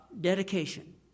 dedication